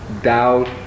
doubt